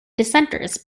dissenters